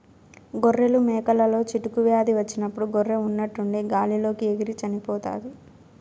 గొర్రెలు, మేకలలో చిటుకు వ్యాధి వచ్చినప్పుడు గొర్రె ఉన్నట్టుండి గాలి లోకి ఎగిరి చనిపోతాది